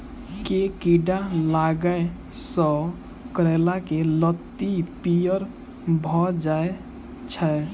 केँ कीड़ा लागै सऽ करैला केँ लत्ती पीयर भऽ जाय छै?